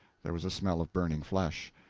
there was a smell of burning flesh.